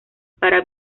para